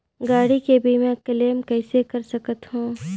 गाड़ी के बीमा क्लेम कइसे कर सकथव?